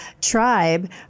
tribe